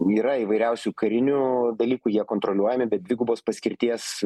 yra įvairiausių karinių dalykų jie kontroliuojami bet dvigubos paskirties